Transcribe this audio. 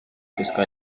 physical